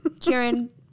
Kieran